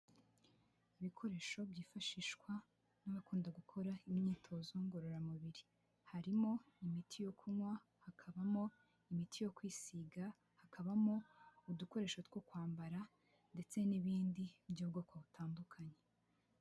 Ibikoresho byifashishwa n'abakunda gukora imyitozo ngororamubiri. Harimo imiti yo kunywa, hakabamo imiti yo kwisiga, hakabamo udukoresho two kwambara ndetse n'ibindi by'ubwoko butandukanye.